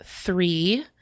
three